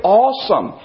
awesome